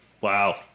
wow